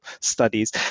studies